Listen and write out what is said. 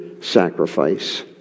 sacrifice